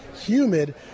humid